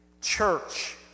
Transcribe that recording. church